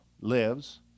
lives